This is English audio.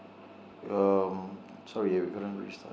um sorry